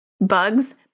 Bugs